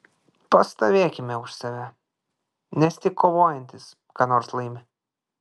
pastovėkim už save nes tik kovojantys ką nors laimi